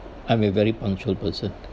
I'm a very punctual person